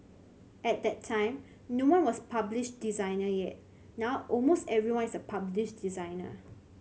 at that time no one was a published designer yet now almost everyone is a published designer